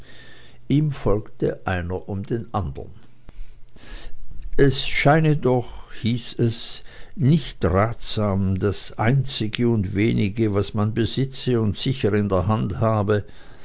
ihm folgte einer um den andern es scheine doch hieß es nicht ratsam das einzige und wenige was man besitze und sicher in der hand habe